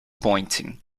pointing